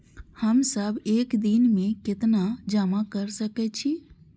हम सब एक दिन में केतना जमा कर सके छी?